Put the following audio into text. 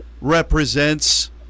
represents